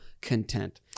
content